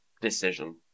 decision